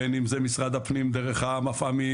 בין אם זה משרד הפנים דרך המפע"מים,